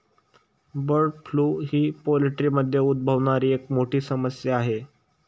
bird flu ही पोल्ट्रीमध्ये उद्भवणारी एक मोठी समस्या आहे